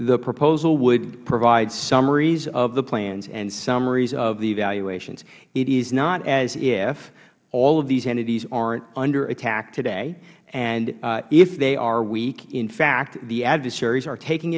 the proposal would provide summaries of the plans and summaries of the evaluations it is not as if all of these entities aren't under attack today and if they are weak in fact the adversaries are taking